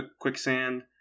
quicksand